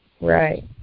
Right